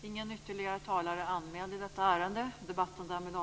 Fru talman!